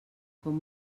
com